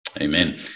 Amen